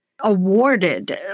awarded